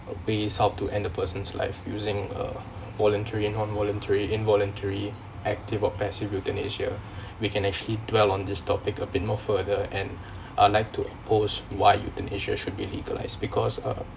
uh ways how to end a person's life using a voluntary and non-voluntary involuntary active or passive euthanasia we can actually dwell on this topic a bit more further and I'd like to oppose why euthanasia should be legalised because uh